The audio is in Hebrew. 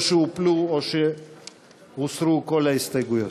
או שהופלו או שהוסרו כל ההסתייגויות.